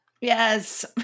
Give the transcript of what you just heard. Yes